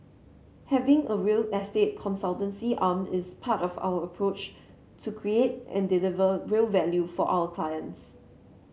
having a real estate consultancy arm is part of our approach to create and deliver real value for our clients